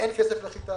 אין עדיין כסף לחיטה.